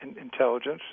intelligence